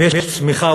אם יש צמיחה,